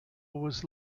was